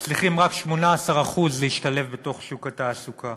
מצליחים רק 18% להשתלב בתוך שוק התעסוקה.